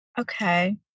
Okay